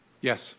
Yes